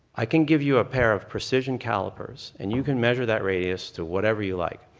i can give you a pair of precision calipers and you can measure that radius to whatever you like.